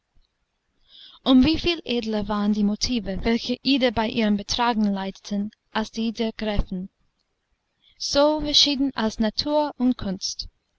um wie viel edler waren die motive welche ida bei ihrem betragen leiteten als die der gräfin so verschieden als natur und kunst